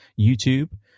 YouTube